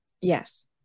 Yes